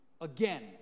again